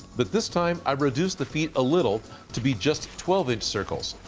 but this time i reduced the feet a little to be just twelve inch circles.